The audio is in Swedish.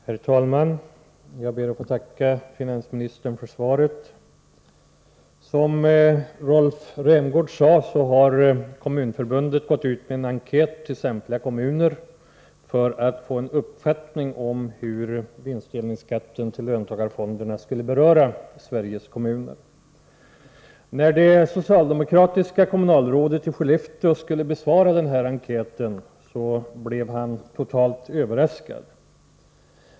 Herr talman! Jag ber att få tacka finansministern för svaret. Som Rolf Rämgård sade har Kommunförbundet gått ut med en enkät till samtliga kommuner för att få en uppfattning om hur vinstdelningsskatten till löntagarfonderna skulle beröra Sveriges kommuner. När det socialdemokratiska kommunalrådet i Skellefteå skulle besvara denna enkät blev han totalt överraskad.